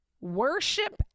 Worship